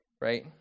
right